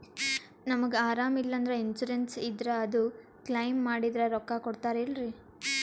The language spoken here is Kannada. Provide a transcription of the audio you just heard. ನಮಗ ಅರಾಮ ಇಲ್ಲಂದ್ರ ಇನ್ಸೂರೆನ್ಸ್ ಇದ್ರ ಅದು ಕ್ಲೈಮ ಮಾಡಿದ್ರ ರೊಕ್ಕ ಕೊಡ್ತಾರಲ್ರಿ?